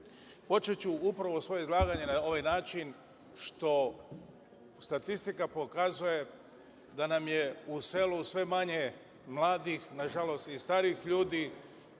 Srbiju. Počeću svoje izlaganje na ovaj način, jer statistika pokazuje da nam je u selu sve manje mladih, na žalost, i starih ljudi,